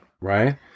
Right